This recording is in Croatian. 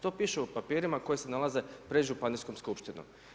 To piše u papirima koji se nalaze pred županijskom skupštinom.